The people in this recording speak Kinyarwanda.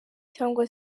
cyangwa